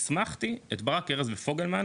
הסמכתי את ברק ארז ופוגלמן,